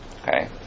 Okay